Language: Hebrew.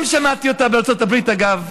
גם שמעתי אותה בארצות הברית, אגב,